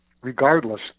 regardless